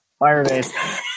Firebase